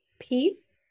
peace